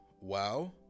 wow